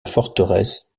forteresse